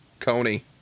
Kony